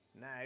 Now